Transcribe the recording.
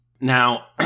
Now